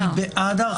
חבר'ה, אני בעד ההרחבה.